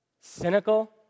cynical